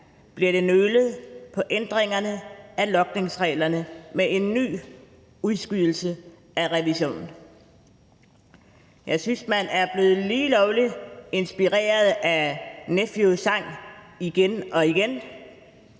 bliver der nølet med hensyn til ændring af logningsreglerne med en ny udskydelse af revisionen. Jeg synes, man er blevet lige lovlig meget inspireret af Nephews sang »Igen & Igen